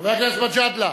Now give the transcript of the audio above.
חבר הכנסת בן-ארי.